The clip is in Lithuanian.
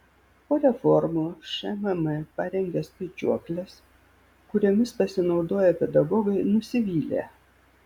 po reformų šmm parengė skaičiuokles kuriomis pasinaudoję pedagogai nusivylė